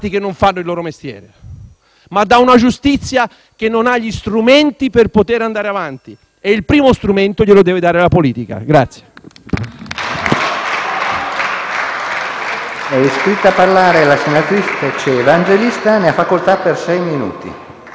ma da una giustizia che non ha gli strumenti per andare avanti e il primo strumento glielo deve dare la politica.